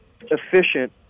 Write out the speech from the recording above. efficient